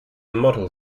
model